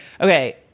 Okay